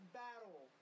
battle